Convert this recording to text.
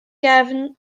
gefn